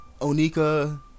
Onika